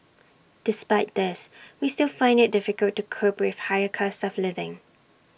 despite this we still find IT difficult to cope with the higher cost of living